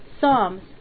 Psalms